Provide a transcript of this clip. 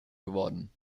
geworden